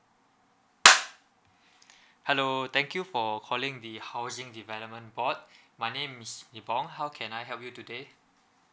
hello thank you for calling the housing development board my name is inbong how can I help you today